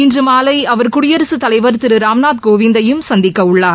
இன்றுமாலைஅவர் குடியரசுத் தலைவர் திருராம்நாத் கோவிந்தையும் சந்திக்கவுள்ளார்